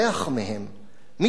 מי שנטש אותם,